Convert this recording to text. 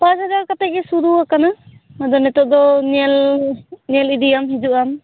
ᱯᱟᱸᱪ ᱦᱟᱡᱟᱨ ᱠᱟᱛᱮᱫ ᱜᱮ ᱥᱩᱨᱩ ᱟᱠᱟᱱᱟ ᱟᱫᱚ ᱱᱤᱛᱚᱜ ᱫᱚ ᱧᱮᱞ ᱧᱮᱞ ᱤᱫᱤᱭᱟᱢ ᱦᱤᱡᱩᱜ ᱟᱢ